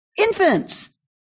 infants